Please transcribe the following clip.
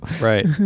Right